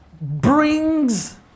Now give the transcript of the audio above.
brings